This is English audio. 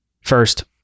First